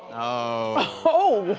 oh.